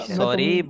sorry